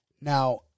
Now